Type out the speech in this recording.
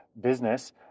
business